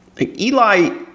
eli